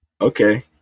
Okay